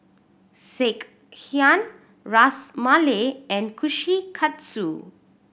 Sekihan Ras Malai and Kushikatsu